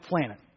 planet